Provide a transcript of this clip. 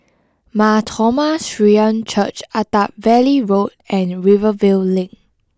Mar Thoma Syrian Church Attap Valley Road and Rivervale Link